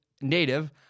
native